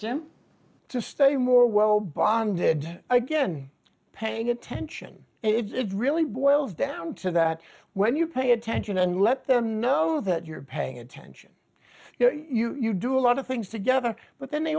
jim to stay more well bonded again paying attention it really boils down to that when you pay attention and let them know that you're paying attention you do a lot of things together but then they